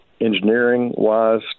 engineering-wise